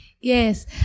Yes